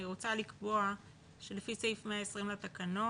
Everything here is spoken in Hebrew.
אני רוצה לקבוע שלפי סעיף 120 לתקנון,